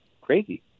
crazy